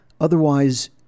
Otherwise